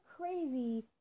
crazy